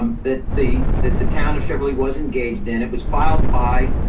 that the that the town of cheverly was engaged in. it was filed by